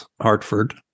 Hartford